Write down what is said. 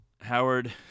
Howard